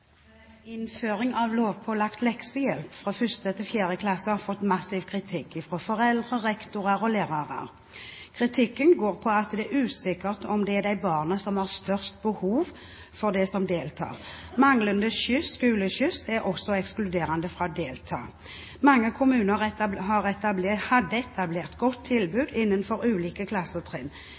«Innføring av lovpålagt leksehjelp fra 1. til 4. klasse har fått massiv kritikk fra både foreldre, rektorer og lærere. Kritikken går på at det er usikkert om det er de barna som har størst behov for det, som deltar, manglende skoleskyss er også ekskluderende fra å delta. Mange kommuner hadde etablert et godt tilbud innenfor ulike klassetrinn.